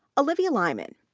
olivia lyman.